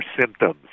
symptoms